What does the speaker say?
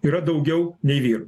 yra daugiau nei vyrų